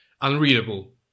Unreadable